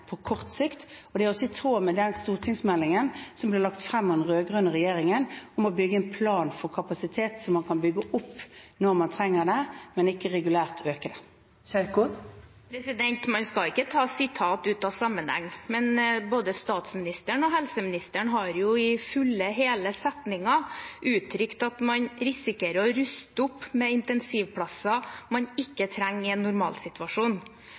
på kort sikt, og det er også i tråd med den stortingsmeldingen som ble lagt frem av den rød-grønne regjeringen om å bygge en plan for kapasitet som man kan bygge opp når man trenger det, men ikke regulært øke. Ingvild Kjerkol – til oppfølgingsspørsmål. Man skal ikke ta sitat ut av sammenhengen, men både statsministeren og helseministeren har jo i fulle, hele setninger uttrykt at man risikerer å ruste opp med intensivplasser man ikke trenger i en